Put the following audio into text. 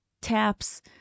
taps